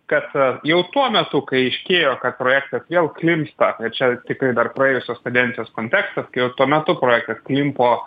kad jau tuo metu kai aiškėjo kad projektas vėl klimpsta čia tikrai dar praėjusios kadencijos kontekstas kai jau tuo metu projektas klimpo